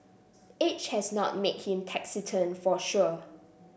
age has not made him taciturn for sure